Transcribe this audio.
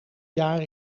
jaar